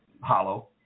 hollow